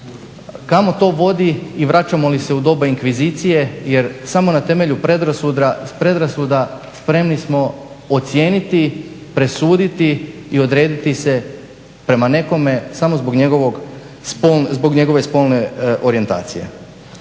Kamo to vodi i vraćamo li se u doba inkvizicije? Jer smo na temelju predrasuda spremni smo ocijeniti, presuditi i odrediti se prema nekome samo zbog njegove spolne orijentacije.